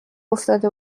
افتاده